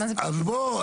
אז בואו,